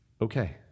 Okay